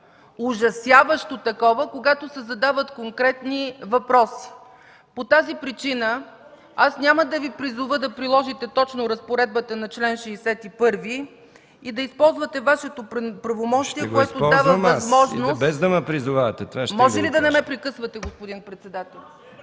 ужасяващо такова, когато се задават конкретни въпроси. По тази причина аз няма да Ви призова да приложите точно разпоредбата на чл. 61 и да използвате Вашето правомощие, което дава възможност... ПРЕДСЕДАТЕЛ МИХАИЛ МИКОВ: Ще го използвам аз... И без да ме призовавате... ЦЕЦКА ЦАЧЕВА: Може ли да не ме прекъсвате, господин председател?